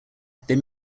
they